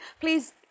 Please